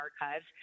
Archives